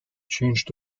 changed